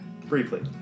Briefly